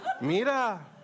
Mira